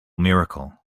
miracle